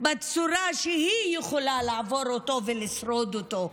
בצורה שהיא יכולה לעבור אותו ולשרוד אותו.